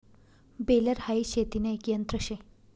baler हाई शेतीन एक यंत्र शे